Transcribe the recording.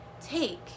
take